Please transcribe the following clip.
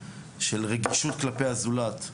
של רגישות כלפי הזולת,